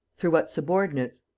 through what subordinates?